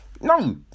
no